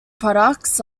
products